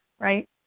right